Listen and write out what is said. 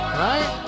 right